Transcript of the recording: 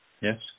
Yes